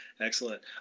excellent